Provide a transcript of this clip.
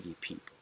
people